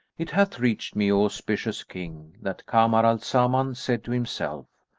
it hath reached me, o auspicious king, that kamar al zaman said to himself,